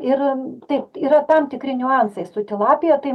ir taip yra tam tikri niuansai su tilapija tai